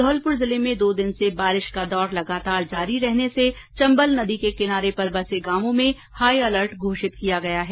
धौलपुर जिले में दो दिन से बारिश का दौर लगातार जारी रहने से चम्बल नदी के किनारे पर बसे गांवों में हाई अलर्ट घोषित किया गया है